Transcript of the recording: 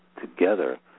together